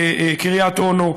בקריית אונו,